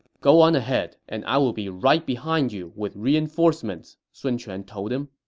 go on ahead, and i will be right behind you with reinforcements, sun quan told him